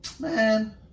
Man